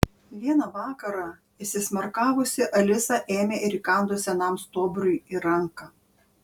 vieną vakarą įsismarkavusi alisa ėmė ir įkando senam stuobriui į ranką